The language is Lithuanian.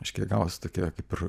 reiškia gavosi tokia kaip ir